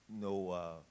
no